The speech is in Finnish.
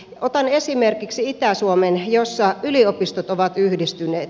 otan esimerkiksi itä suomen jossa yliopistot ovat yhdistyneet